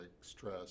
stress